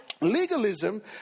Legalism